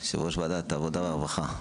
יושב-ראש ועדת העבודה והרווחה,